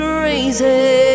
Crazy